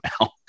now